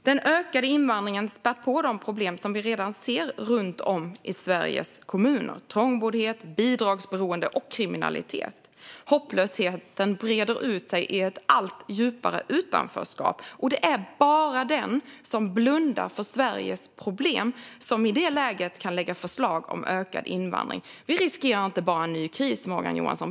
Den ökade invandringen spär på de problem som vi redan ser runt om i Sveriges kommuner med trångboddhet, bidragsberoende och kriminalitet. Hopplösheten breder ut sig i ett allt djupare utanförskap. Det är bara den som blundar för Sveriges problem som i det läget kan lägga fram förslag om ökad invandring. Vi riskerar inte bara en ny kris, Morgan Johansson.